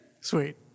Sweet